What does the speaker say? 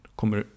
kommer